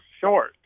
short